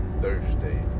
Thursday